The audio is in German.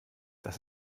das